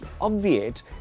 obviate